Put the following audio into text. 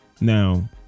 Now